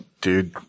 dude